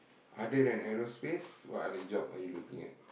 other than aerospace what other job are you looking at